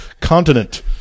continent